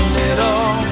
little